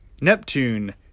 Neptune